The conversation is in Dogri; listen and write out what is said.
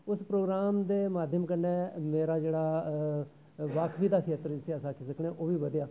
उस प्रोग्राम दे माध्यम कन्नै मेरा जेह्ड़ा बाकफी दा खेत्तर जिसी अस आक्खी सकने आं ओह् बी बधेआ